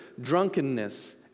drunkenness